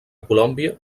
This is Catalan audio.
colòmbia